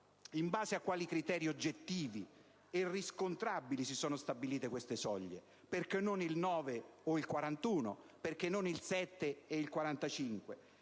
In base a quali criteri oggettivi e riscontrabili si sono stabilite queste soglie? Perché non il 9 e il 41 per cento? Perché non il 7 e il 45